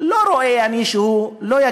אני לא רואה שהוא יגיע,